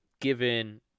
given